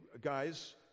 guys